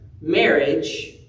marriage